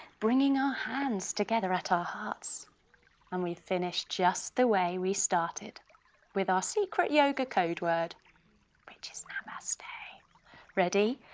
bringing our hands together at our hearts and we finish just the way we started with our secret yoga code word which is ah um ah namaste ready?